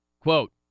quote